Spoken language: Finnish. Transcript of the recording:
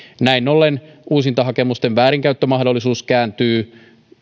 näin ollen uusintahakemusten väärinkäyttömahdollisuus kääntyy